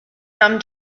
some